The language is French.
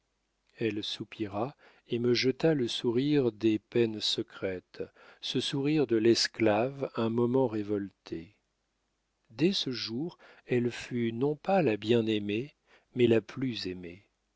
elle soupira et me jeta le sourire des peines secrètes ce sourire de l'esclave un moment révolté dès ce jour elle fut non pas la bien-aimée mais la plus aimée